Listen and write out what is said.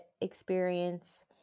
experience